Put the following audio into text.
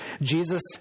Jesus